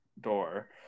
door